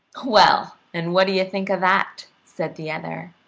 well, and what do you think of that? said the other.